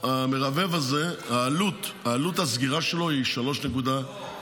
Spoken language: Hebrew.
המרבב הזה עלות הסגירה שלו היא בין 3 --- לא,